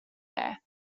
there